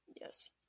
Yes